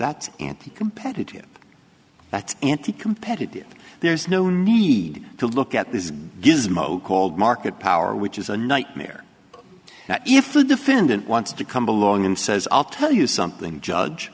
that's anticompetitive that's anti competitive there's no need to look at this gizmo called market power which is a nightmare if the defendant wants to come along and says i'll tell you something judge